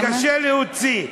קשה להוציא.